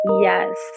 Yes